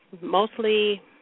mostly